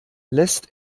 lässt